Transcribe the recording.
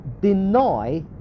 deny